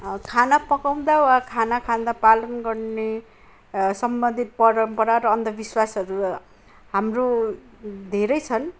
खाना पकाउँदा वा खाना खाँदा पालन गर्ने सम्बन्धित परम्परा र अन्धविश्वासहरू हाम्रो धेरै छन्